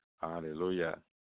hallelujah